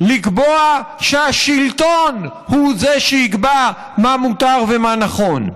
לקבוע שהשלטון הוא שיקבע מה מותר ומה נכון.